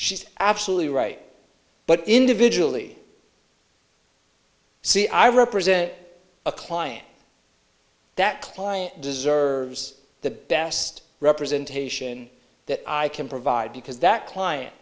she's absolutely right but individually see i represent a client that client deserves the best representation that i can provide because that client